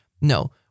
No